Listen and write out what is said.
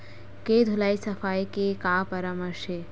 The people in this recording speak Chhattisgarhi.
के धुलाई सफाई के का परामर्श हे?